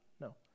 No